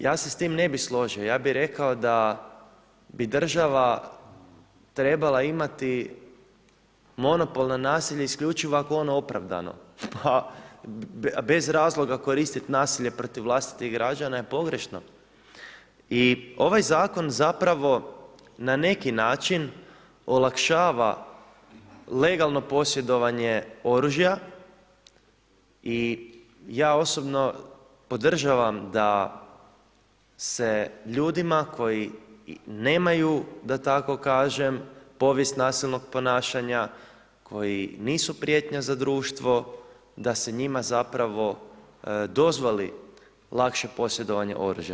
Ja se s tim ne bih složio, ja bih rekao da bi država trebala imati monopol na nasilje isključivo ako je ono opravdano, a bez razloga koristit nasilje protiv vlastitih građana je pogrešno i ovaj zakon zapravo na neki način olakšava legalno posjedovanje oružja i ja osobno podržavam da se ljudima koji nemaju, da tako kažem, povijest nasilnog ponašanja, koji nisu prijetnja za društvo, da se njima zapravo dozvoli lakše posjedovanje oružja.